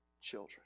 children